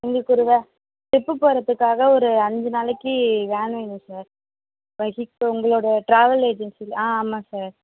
எங்களுக்கு ஒரு வே ட்ரிப்பு போகிறத்துக்காக ஒரு அஞ்சு நாளைக்கு வேன் வேணும் சார் உங்களோட ட்ராவல் ஏஜென்சியில் ஆ ஆமாம் சார்